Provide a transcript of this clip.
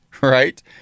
right